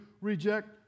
reject